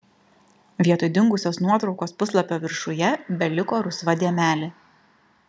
vietoj dingusios nuotraukos puslapio viršuje beliko rusva dėmelė